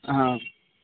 हाँ